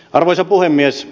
arvoisa puhemies